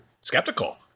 skeptical